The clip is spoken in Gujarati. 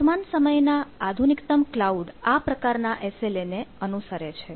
વર્તમાન સમયના આધુનિકતમ ક્લાઉડ આ પ્રકારના એસ એલ એ ને અનુસરે છે